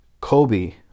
Kobe